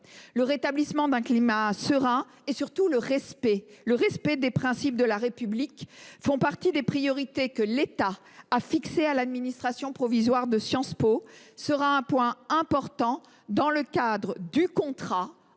Le rétablissement d’un climat serein et, surtout, le respect des principes de la République font partie des priorités que l’État a fixées à l’administration provisoire de Sciences Po. Ce sera un point important du contrat